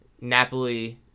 napoli